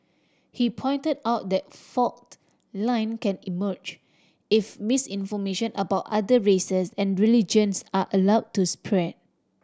he pointed out that fault line can emerge if misinformation about other races and religions are allow to spread